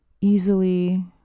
easily